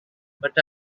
but